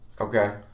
Okay